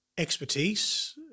expertise